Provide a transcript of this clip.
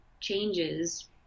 changes